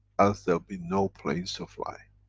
as there'll be no planes to fly.